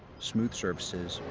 smooth surfaces,